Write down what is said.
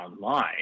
online